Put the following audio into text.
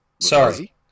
Sorry